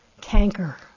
canker